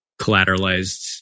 collateralized